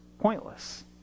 Pointless